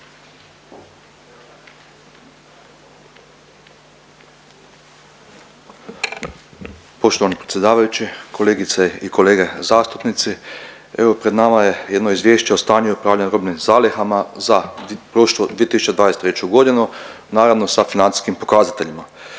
Poštovani predsjedavajući, kolegice i kolege zastupnici, evo pred nama je jedno Izvješće o stanju i upravljanju robnim zalihama za prošlu 2023. godinu naravno sa financijskim pokazateljima.